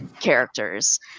characters